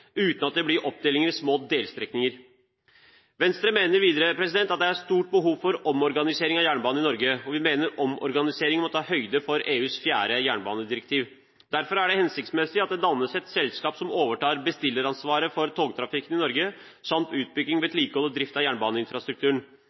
uten at det blir delt opp i små delstrekninger. Venstre mener videre at det er et stort behov for omorganisering av jernbanen i Norge, og vi mener omorganiseringen må ta høyde for EUs fjerde jernbanedirektiv. Derfor er det hensiktsmessig at det dannes et selskap som overtar bestilleransvaret for togtrafikken i Norge, samt utbygging, vedlikehold og drift av jernbaneinfrastrukturen.